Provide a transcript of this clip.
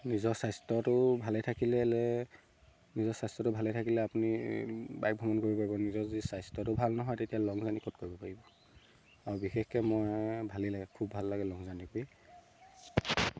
নিজৰ স্বাস্থ্যটো ভালে থাকিলে নিজৰ স্বাস্থ্যটো ভালে থাকিলে আপুনি বাইক ভ্ৰমণ কৰিব পাৰিব নিজৰ যি স্বাস্থ্যটো ভাল নহয় তেতিয়া লং জাৰ্ণি ক'ত কৰিব পাৰিব আৰু বিশেষকৈ মই ভালেই লাগে খুব ভাল লাগে লং জাৰ্ণি কৰি